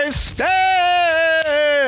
stay